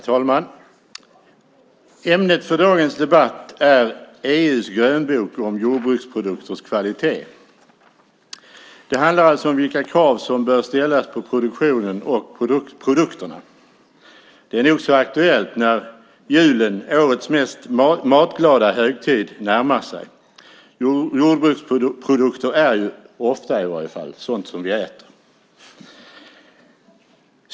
Herr talman! Ämnet för dagens debatt är EU:s grönbok om jordbruksprodukters kvalitet. Det handlar alltså om vilka krav som bör ställas på produktionen och på produkterna. Det är nog så aktuellt när julen, årets mest matglada högtid, närmar sig. Jordbruksprodukter är, ofta i alla fall, sådant som vi äter.